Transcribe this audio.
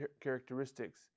characteristics